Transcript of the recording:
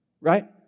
right